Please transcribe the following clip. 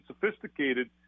sophisticated